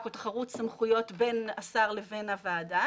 או תחרות סמכויות בין השר לבין הוועדה,